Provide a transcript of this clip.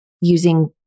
using